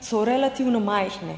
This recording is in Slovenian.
so relativno majhne,